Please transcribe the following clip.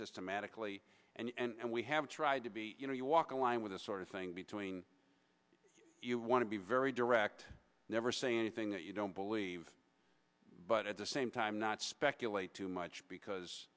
systematically and we have tried to be you know you walk a line with this sort of thing between you want to be very direct never say anything that you don't believe but at the same time not speculate too much because